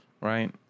right